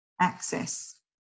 access